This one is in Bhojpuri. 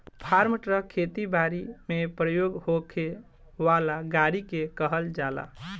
फार्म ट्रक खेती बारी में प्रयोग होखे वाला गाड़ी के कहल जाला